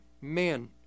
men